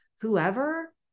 whoever